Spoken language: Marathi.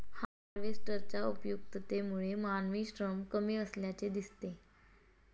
हार्वेस्टरच्या उपयुक्ततेमुळे मानवी श्रम कमी असल्याचे दिसते